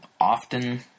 often